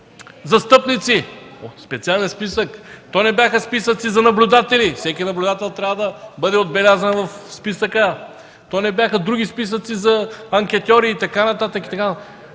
застъпници от специален списък, то не бяха списъци за наблюдатели – всеки наблюдател трябва да бъде отбелязан в списъка, то не бяха други списъци за анкетьори и така нататък.